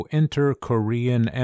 inter-Korean